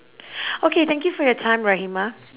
okay thank you for your time rahimah